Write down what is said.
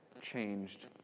changed